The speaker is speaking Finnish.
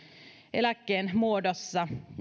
eläkkeen muodossa